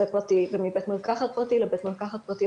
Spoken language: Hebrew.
פרטי ומבית מרקחת פרטי לבית מרקחת פרטי,